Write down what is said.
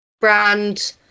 brand